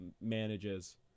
manages